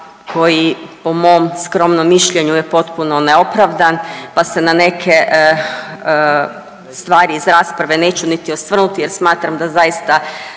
koji po mom skromnom mišljenju je potpuno neopravdan, pa se na neke stvari iz rasprave neću niti osvrnuti, jer smatram da zaista